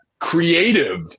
creative